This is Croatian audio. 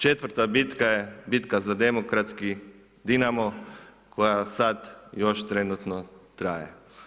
Četvrta bitka je bitka za demokratski Dinamo koja sad još trenutno traje.